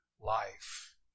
Life